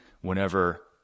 whenever